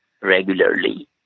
regularly